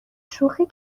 شوخی